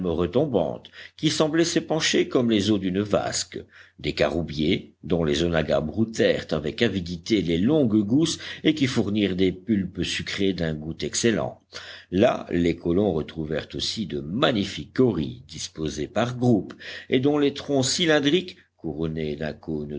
retombantes qui semblaient s'épancher comme les eaux d'une vasque des caroubiers dont les onaggas broutèrent avec avidité les longues gousses et qui fournirent des pulpes sucrées d'un goût excellent là les colons retrouvèrent aussi de magnifiques kauris disposés par groupes et dont les troncs cylindriques couronnés